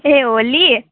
ए Holi